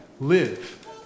Live